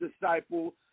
disciple